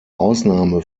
ausnahme